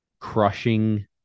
crushing